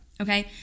Okay